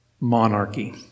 monarchy